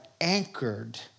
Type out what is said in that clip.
anchored